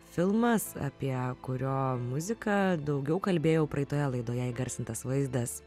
filmas apie kurio muziką daugiau kalbėjau praeitoje laidoje įgarsintas vaizdas